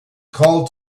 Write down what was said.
called